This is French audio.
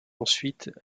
ensuite